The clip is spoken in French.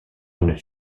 une